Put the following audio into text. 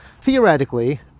theoretically